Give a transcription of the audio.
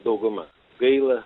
dauguma gaila